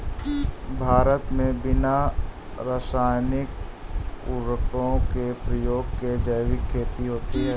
भारत मे बिना रासायनिक उर्वरको के प्रयोग के जैविक खेती होती है